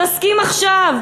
תסכים עכשיו,